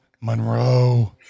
Monroe